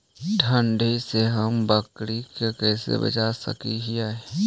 ठंडी से हम बकरी के कैसे बचा सक हिय?